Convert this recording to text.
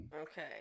okay